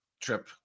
trip